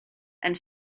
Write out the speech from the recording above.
and